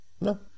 No